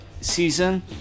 season